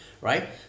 right